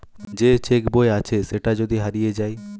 যে চেক বই আছে সেটা যদি হারিয়ে যায়